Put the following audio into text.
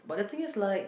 but the thing is like